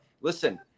listen